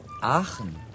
Aachen